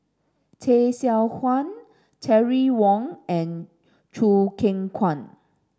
Tay Seow Huah Terry Wong and Choo Keng Kwang